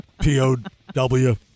P-O-W